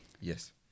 Yes